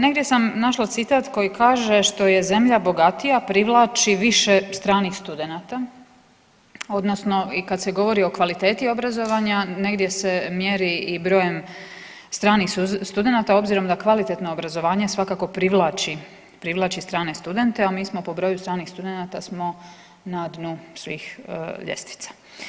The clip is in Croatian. Negdje sam našla citat koji kaže što je zemlja bogatija privlači više stranih studenata odnosno i kad se govori o kvaliteti obrazovanja negdje se mjeri i brojem stranih studenata obzirom da kvalitetno obrazovanje svakako privlači, privlači strane studente, a mi smo po broju stranih studenata smo na dnu svih ljestvica.